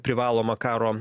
privalomą karo